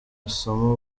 asoma